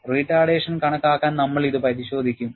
retardation കണക്കാക്കാൻ നമ്മൾ ഇത് പരിശോധിക്കും